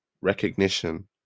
Recognition